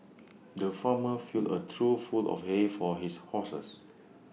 the farmer filled A trough full of hay for his horses